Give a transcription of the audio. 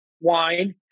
wine